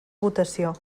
votació